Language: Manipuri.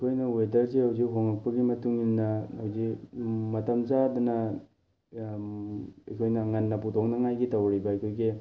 ꯑꯩꯈꯣꯏꯅ ꯋꯦꯗꯔꯁꯦ ꯍꯧꯖꯤꯛ ꯍꯣꯡꯉꯛꯄꯒꯤ ꯃꯇꯨꯡ ꯏꯟꯅ ꯍꯧꯖꯤꯛ ꯃꯇꯝ ꯆꯥꯗꯅ ꯑꯩꯈꯣꯏꯒꯤ ꯉꯟꯅ ꯄꯨꯊꯣꯛꯅꯤꯡꯉꯥꯏꯒꯤ ꯇꯧꯔꯤꯕ ꯑꯩꯈꯣꯏꯒꯤ